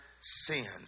sins